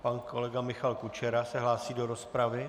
Pan kolega Michal Kučera se hlásí do rozpravy.